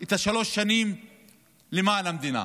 את שלוש השנים למען המדינה,